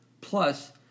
plus